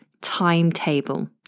timetable